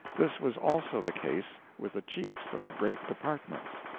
this was also the case with the chiefs of the great departments.